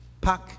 pack